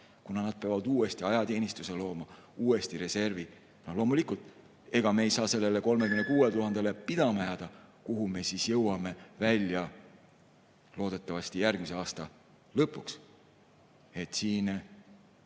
kuna nad peavad uuesti ajateenistuse looma, uuesti reservi. Loomulikult, ega me ei saa sellele 36 000-le, kuhu me jõuame välja loodetavasti järgmise aasta lõpuks, pidama